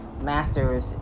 masters